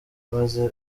maze